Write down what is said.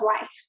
life